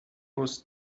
was